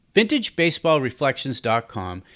VintageBaseballReflections.com